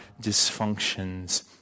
dysfunctions